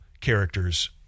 characters